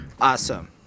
awesome